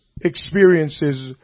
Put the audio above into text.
experiences